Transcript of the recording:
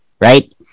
right